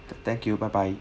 thank you bye bye